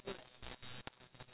but